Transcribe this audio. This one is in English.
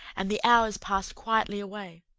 and the hours passed quietly away.